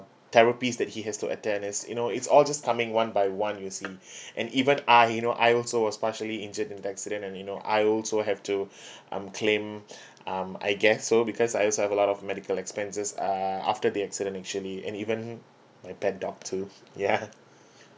therapist that he has to attend is you know it's all just coming one by one you see and even I you know I also was partially injured in the accident and you know I also have to um claim um I guess so because I also have a lot of medical expenses uh after the accident actually and even my pet dog too ya